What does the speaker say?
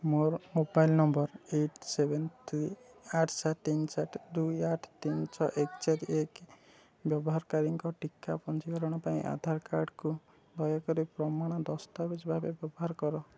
ମୋର mobile number eight seven three ଆଠ ସାତ ତିନି ସାତ ଦୁଇ ଆଠ ତିନି ଛଅ ଏକ ଚାରି ଏକ ବ୍ୟବହାରକାରୀଙ୍କ ଟିକା ପଞ୍ଜୀକରଣ ପାଇଁ ଆଧାର କାର୍ଡ଼୍ କୁ ଦୟାକରି ପ୍ରମାଣ ଦସ୍ତାବିଜ୍ ଭାବେ ବ୍ୟବହାର କର